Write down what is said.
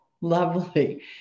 Lovely